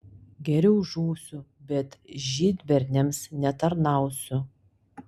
geriau žūsiu bet žydberniams netarnausiu